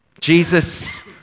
Jesus